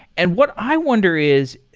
and what i wonder is,